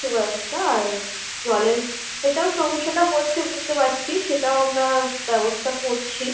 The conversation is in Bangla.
সুব্যবস্থা আর জলের সেটাও সমস্যাটা হচ্ছে বুঝতে পাচ্ছি সেটাও আমরা ব্যবস্থা করছি